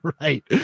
Right